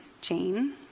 Jane